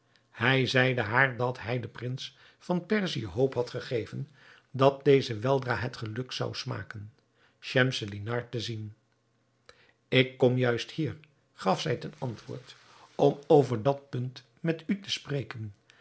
hij zeide haar dat hij den prins van perzië hoop had gegeven dat deze weldra het geluk zou smaken schemselnihar te zien ik kom juist hier gaf zij ten antwoord om over dat punt met u te spreken